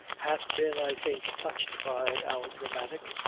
hath been i think touched by our dramatic,